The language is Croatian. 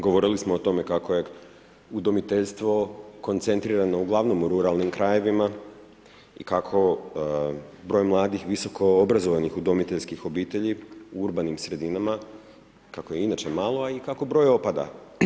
Govorili smo o tome kako je udomiteljstvo koncentrirano uglavnom u ruralnim krajevima i kako broj mladih visokoobrazovanih udomiteljskih obitelji u urbanim sredinama, kako je inače malo i kako broj opada.